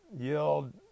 yelled